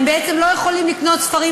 הם בעצם לא יכולים לקנות ספרים,